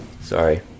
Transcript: Sorry